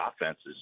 offenses –